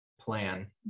plan